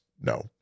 no